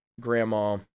grandma